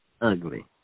ugly